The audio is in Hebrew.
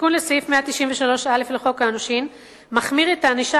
התיקון לסעיף 193(א) לחוק העונשין מחמיר את הענישה